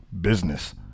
business